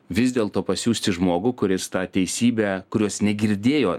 vis dėlto pasiųsti žmogų kuris tą teisybę kurios negirdėjo